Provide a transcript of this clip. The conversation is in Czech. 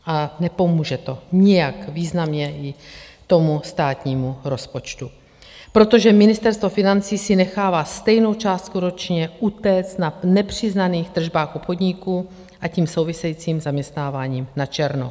A nepomůže to nijak významněji tomu státnímu rozpočtu, protože Ministerstvo financí si nechává stejnou částku ročně utéct na nepřiznaných tržbách obchodníků a s tím souvisejícím zaměstnáváním načerno.